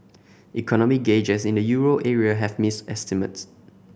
economic gauges in the euro area have missed estimates